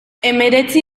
hemeretzi